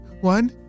One